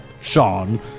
Sean